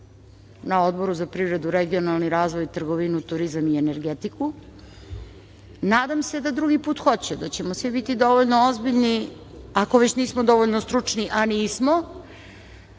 na Odboru za privredu, regionalni razvoj, trgovinu, turizam i energetiku. Nadam se da drugi put hoće, da ćemo svi biti dovoljno ozbiljni, ako već nismo dovoljno stručni, a nismo.